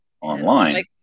online